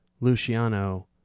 Luciano